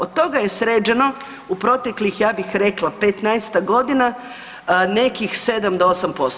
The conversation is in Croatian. Od toga je sređeno u proteklih, ja bih rekla 15-tak godina, nekih 7 do 8%